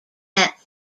nets